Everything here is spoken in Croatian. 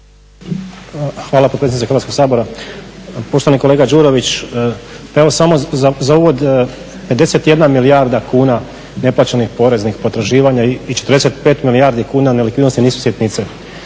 Hvala potpredsjednice Hrvatskog sabora. Poštovani kolega Đurović, pa evo samo za uvod 51 milijarda kuna neplaćenih poreznih potraživanja i 45 milijardi kuna nelikvidnosti nisu sitnice.